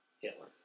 Hitler